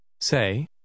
Say